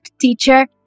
teacher